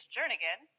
Jernigan